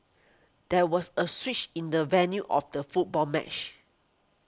there was a switch in the venue of the football match